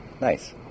Nice